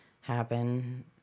happen